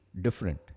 different